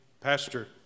Pastor